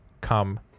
come